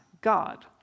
God